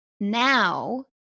Now